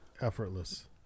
effortless